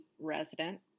resident